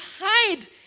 hide